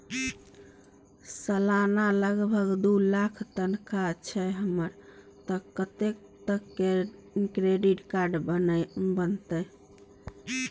सलाना लगभग दू लाख तनख्वाह छै हमर त कत्ते तक के क्रेडिट कार्ड बनतै?